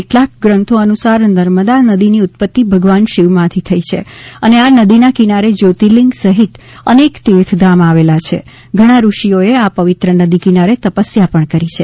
કેટલાંક ગૃંથો અનુસાર નર્મદા નદીની ઉત્પત્તિ ભગવાન શિવમાંથી થઈ છે અને આ નદીના કિનારે જ્યોતિર્લિંગ સહિત અનેક તીર્થધામ આવેલા છે ઘણા ઋષિઓએ આ પવિત્ર નદી કિનારે તપસ્યા કરી છે